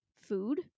food